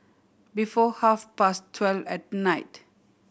before half past twelve at night